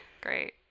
Great